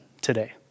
today